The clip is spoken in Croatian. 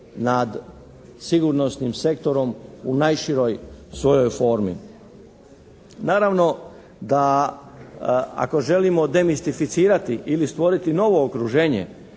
nad sigurnosnim sektorom u najširoj svojoj formi. Naravno da ako želimo demistificirati ili stvoriti novo okruženje,